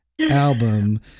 album